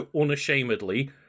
unashamedly